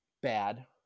bad